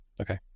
Okay